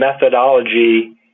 methodology